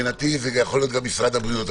מבחינתי זה יכול להיות גם משרד הבריאות.